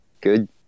good